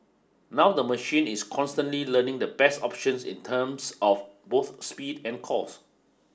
now the machine is constantly learning the best options in terms of both speed and cost